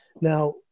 Now